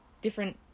different